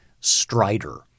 Strider